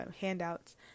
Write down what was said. handouts